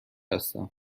هستم